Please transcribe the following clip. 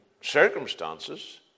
circumstances